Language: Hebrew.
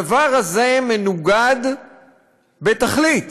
הדבר הזה מנוגד בתכלית